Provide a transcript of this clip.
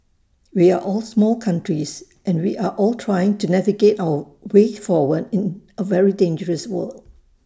we are all small countries and we are all trying to navigate our way forward in A very dangerous world